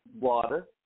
Water